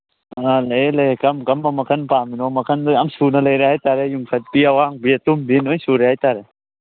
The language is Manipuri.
ꯑꯥ ꯂꯩꯌꯦ ꯂꯩꯌꯦ ꯀꯔꯝ ꯀꯔꯝꯕ ꯃꯈꯟ ꯄꯥꯝꯃꯤꯅꯣ ꯃꯈꯟꯗꯣ ꯌꯥꯝ ꯁꯨꯅ ꯂꯩꯔꯦ ꯍꯥꯏ ꯇꯥꯔꯦ ꯌꯨꯡꯈꯠꯄꯤ ꯑꯋꯥꯡꯕꯤ ꯑꯇꯨꯝꯕꯤ ꯂꯣꯏ ꯁꯨꯔꯦ ꯍꯥꯏ ꯇꯥꯔꯦ